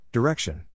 Direction